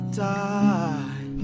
die